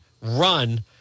run